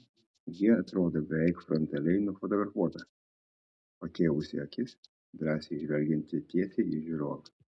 ji atrodo beveik frontaliai nufotografuota pakėlusi akis drąsiai žvelgianti tiesiai į žiūrovą